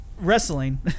wrestling